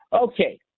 Okay